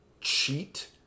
cheat